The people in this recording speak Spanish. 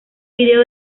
vídeo